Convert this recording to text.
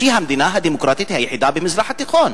שהיא המדינה הדמוקרטית היחידה במזרח התיכון,